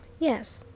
yes,